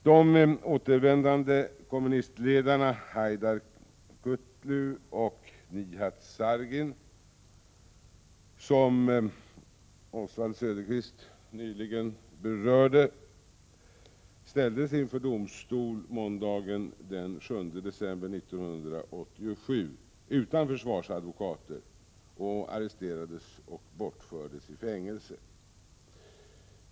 De återvändande kommunistledarna Haydar Kutlu och Nihat Sargin ställdes, som Oswald Söderqvist nyss berörde, måndagen den 7 december 1987 inför domstol utan försvarsadvokater och arresterades och bortfördes i fängelse.